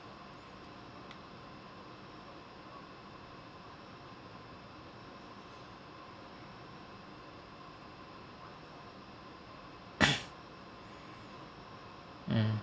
mm